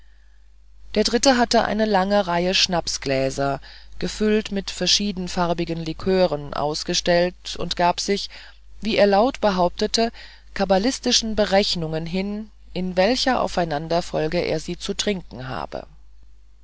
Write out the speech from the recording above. ein dritter hatte eine lange reihe schnapsgläser gefüllt mit verschiedenfarbigen likören ausgestellt und gab sich wie er laut behauptete kabbalistischen berechnungen hin in welcher aufeinanderfolge er sie zu trinken habe